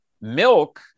milk